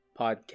podcast